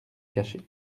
cacher